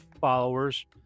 followers